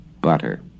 butter